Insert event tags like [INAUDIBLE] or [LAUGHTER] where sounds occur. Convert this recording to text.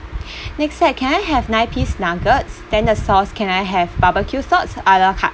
[BREATH] next set can I have nine piece nuggets then the sauce can I have barbecue sauce a la carte